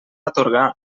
atorgar